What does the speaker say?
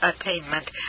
attainment